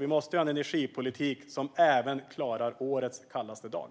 Vi måste ha en energipolitik som även klarar årets kallaste dag.